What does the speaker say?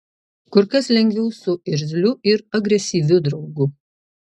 kur kas lengviau su irzliu ir agresyviu draugu